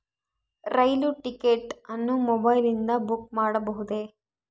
ರೈಲು ticket ಅನ್ನು ಮೊಬೈಲಿಂದ book ಮಾಡಬಹುದೆ?